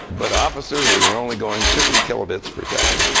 but officer, we were only going fifty kilobits per second.